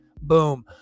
Boom